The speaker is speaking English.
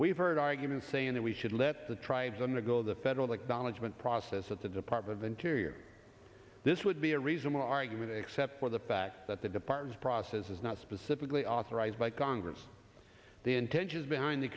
we've heard arguments saying that we should let the tribes undergo the federal the knowledge meant process at the department of interior this would be a reasonable argument except for the fact that the department process is not specifically authorized by congress the intentions behind the